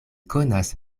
konas